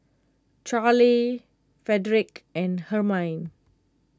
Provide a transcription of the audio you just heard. Charly Frederic and Hermine